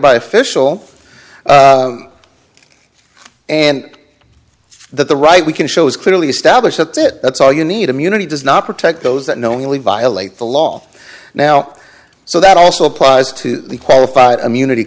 by official and that the right we can show is clearly established that it that's all you need immunity does not protect those that knowingly violate the law now so that also applies to the qualified immunity